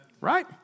Right